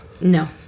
no